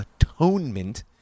atonement